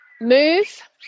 move